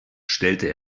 stellte